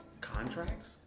Contracts